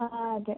ആ അതെ